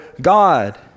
God